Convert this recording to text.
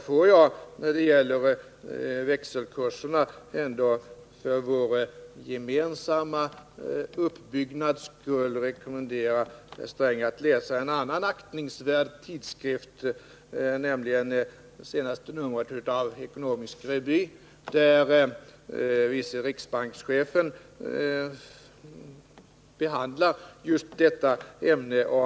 Får jag när det gäller växelkurserna för vår gemensamma uppbyggelses skull rekommendera herr Sträng att läsa en annan aktningsvärd tidskrift, nämligen Ekonomisk Revy. I det senaste numret av tidskriften behandlar vice riksbankschefen just detta ämne.